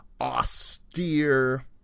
austere